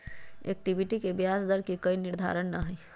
equity के ब्याज दर के कोई निर्धारण ना हई